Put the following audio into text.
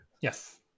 yes